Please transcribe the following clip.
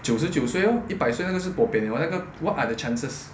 九十九岁 lor 一百岁那个是 bo bian 了那个 what are the chances